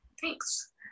Thanks